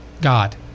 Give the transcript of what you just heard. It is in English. God